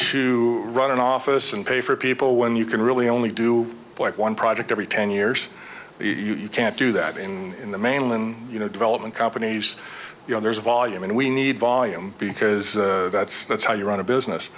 to run an office and pay for people when you can really only do one project every ten years but you can't do that in the mainland you know development companies you know there's a volume and we need volume because that's that's how you run a business